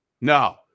no